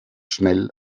schnell